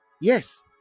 Yes